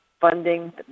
funding